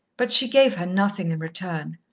but she gave her nothing in return.